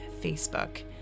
Facebook